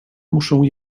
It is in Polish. muszę